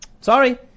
Sorry